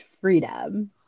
freedom